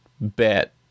bet